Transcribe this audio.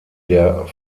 der